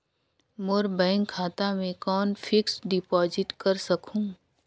मोर bank खाता मे कौन फिक्स्ड डिपॉजिट कर सकहुं?